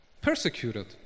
persecuted